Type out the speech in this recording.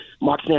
Mark